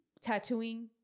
tattooing